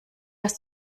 ist